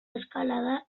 eskalada